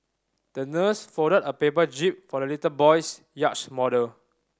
the nurse folded a paper jib for the little boy's yacht model